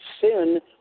sin